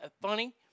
funny